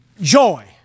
joy